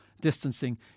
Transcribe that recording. distancing